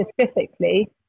specifically